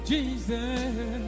Jesus